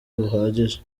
buhagije